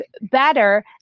better